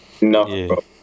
no